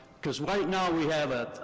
cause right now we have a,